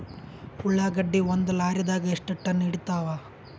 ಉಳ್ಳಾಗಡ್ಡಿ ಒಂದ ಲಾರಿದಾಗ ಎಷ್ಟ ಟನ್ ಹಿಡಿತ್ತಾವ?